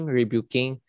rebuking